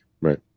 Right